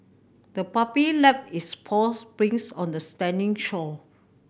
the puppy left its paw prints on the sandy shore